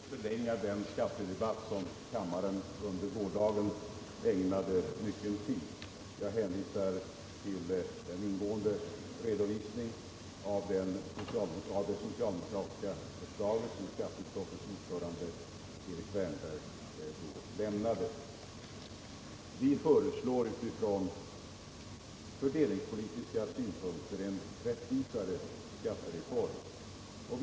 Herr talman! Jag skall inte förlänga den skattedebatt som kammaren under gårdagen ägnade mycken tid åt. Jag hänvisar till den ingående redovisning av det socialdemokratiska förslaget som skatteutskottets ord förande Erik Wärnberg då lämnade. Vi föreslår från fördelningspolitiska utgångspunkter en rättvisare skattereform.